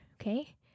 okay